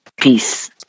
peace